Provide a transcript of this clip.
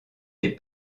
des